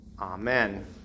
Amen